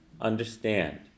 understand